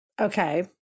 Okay